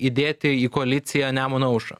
įdėti į koaliciją nemuno aušrą